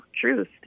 truth